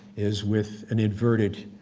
is with an inverted